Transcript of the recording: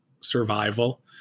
survival